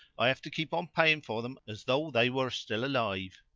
i have to keep on paying for them as though they were still alive!